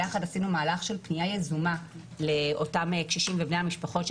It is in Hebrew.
ביחד עשינו מהלך של פנייה יזומה לאותם קשישים ובני המשפחות שלהם,